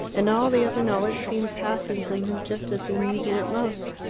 and all the other knowledge seemed passing from him just as he needed it most.